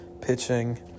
pitching